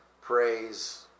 praise